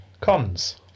Cons